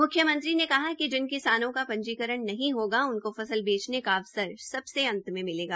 मुख्यमंत्री ने कहा कि जिन किसानों का पंजीकरण नहीं होगा उनको फसल बेचने का अवसर सबसे अंत में मिलेगा